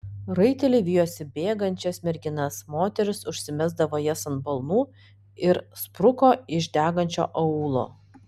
raiteliai vijosi bėgančias merginas moteris užsimesdavo jas ant balnų ir spruko iš degančio aūlo